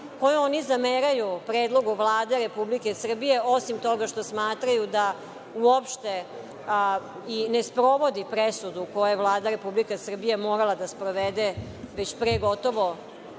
koju oni zameraju predlogu Vlade Republike Srbije, osim toga što smatraju da uopšte i ne sprovodi presudu koju je Vlada Republike Srbije, morala da sprovede već pre gotovo